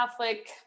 Catholic